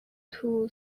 two